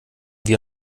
wir